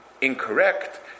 incorrect